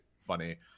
funny